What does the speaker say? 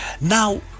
now